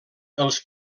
els